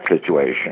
situation